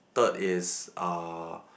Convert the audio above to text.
third is uh